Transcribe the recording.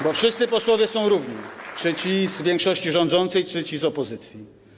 Bo wszyscy posłowie są równi: i ci z większości rządzącej, i ci z opozycji.